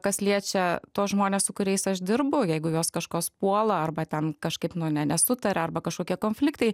kas liečia tuos žmones su kuriais aš dirbu jeigu juos kažkas puola arba ten kažkaip nu ne nesutaria arba kažkokie konfliktai